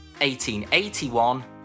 1881